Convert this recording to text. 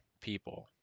people